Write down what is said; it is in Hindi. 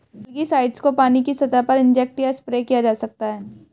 एलगीसाइड्स को पानी की सतह पर इंजेक्ट या स्प्रे किया जा सकता है